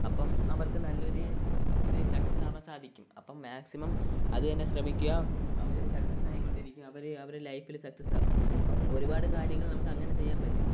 അപ്പം അവർക്ക് നല്ലൊരു ഇത് സക്സസ് ആവാൻ സാധിക്കും അപ്പം മാക്സിമം അത് തന്നെ ശ്രമിക്കുക അവർ സക്സസായി കൊണ്ടിരിക്കും അവർ അവരുടെ ലൈഫിൽ സക്സസാകും അപ്പം ഒരുപാട് കാര്യങ്ങൾ നമുക്ക് അങ്ങനെ ചെയ്യാൻ പറ്റും